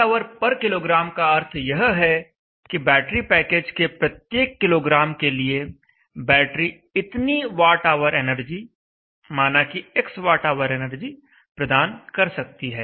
Whkg का अर्थ यह है कि बैटरी पैकेज के प्रत्येक किलोग्राम के लिए बैटरी इतनी Wh एनर्जी माना कि x वाट ऑवर एनर्जी प्रदान कर सकती है